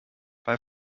bei